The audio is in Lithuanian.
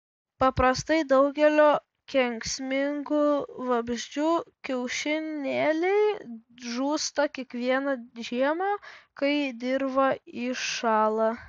paprastai daugelio kenksmingų vabzdžių kiaušinėliai žūsta kiekvieną žiemą kai dirva įšąla